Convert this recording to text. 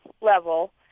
level